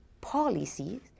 policies